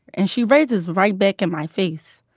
and she rages right back in my face.